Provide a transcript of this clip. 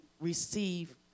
receive